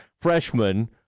freshman